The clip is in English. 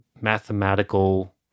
mathematical